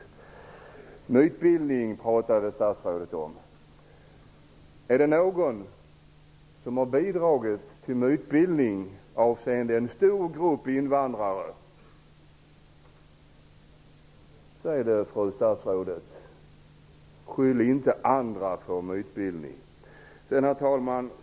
Statsrådet talade också om mytbildning. Är det någon som har bidragit till mytbildning avseende en stor grupp invandrare så är det fru statsrådet. Beskyll inte andra för mytbildning! Herr talman!